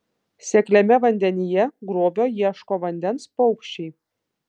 sekliame vandenyje grobio ieško vandens paukščiai